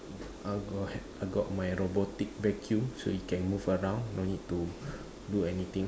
I got I got my robotic vacuum so you can move around no need to do anything